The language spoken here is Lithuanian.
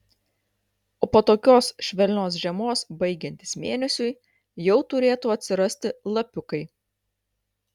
o po tokios švelnios žiemos baigiantis mėnesiui jau turėtų atsirasti lapiukai